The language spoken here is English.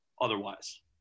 otherwise